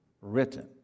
written